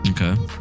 Okay